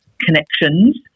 connections